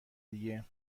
دیگه